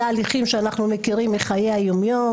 אלה ההליכים שאנחנו מכירים מחיי היום יום